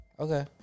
Okay